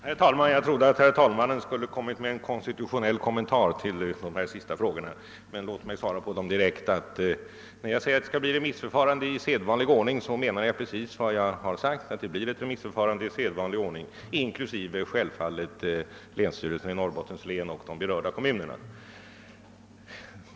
Herr talman! Jag trodde att herr talmannen skulle göra en konstitutionell kommentar till de två sista frågorna. Låt mig emellertid besvara dem direkt. När jag säger att det skall bli ett remissförfarande i sedvanlig ordning menar jag också detta. Därvid kommer självfallet också länsstyrelsen i Norrbottens län och de berörda kommunerna att höras.